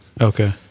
Okay